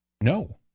no